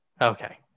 Okay